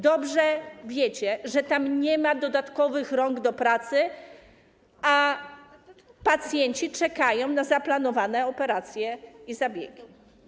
Dobrze wiecie, że tam nie ma dodatkowych rąk do pracy, a pacjenci czekają na zaplanowane operacje i zabiegi.